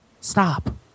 stop